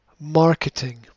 Marketing